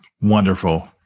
Wonderful